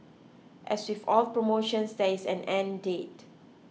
as with all promotions there is an end date